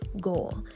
goal